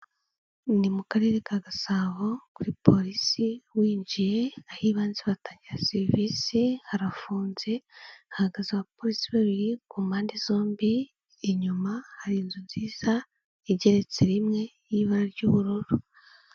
Ni mu karere ka Gasabo kuri polisi winjiye ah'ibanze batangira serivise harafunze, hagaze abapolisi babiri ku mpande zombi inyuma hari inzu nziza igeretse rimwe y'ibara ry'ubururu.